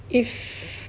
if